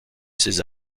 ses